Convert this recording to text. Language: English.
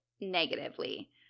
negatively